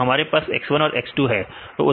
तो हमारे पास x1 और x2 है